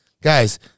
Guys